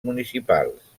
municipals